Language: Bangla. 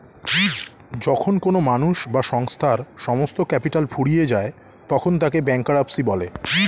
যখন কোনো মানুষ বা সংস্থার সমস্ত ক্যাপিটাল ফুরিয়ে যায় তখন তাকে ব্যাঙ্করাপ্সি বলে